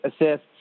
assists